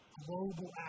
global